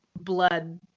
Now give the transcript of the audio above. blood